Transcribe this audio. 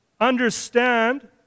understand